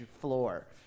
floor